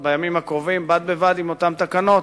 בימים הקרובים בד בבד עם אותן תקנות